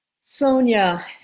Sonia